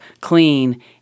clean